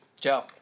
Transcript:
Joe